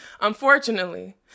Unfortunately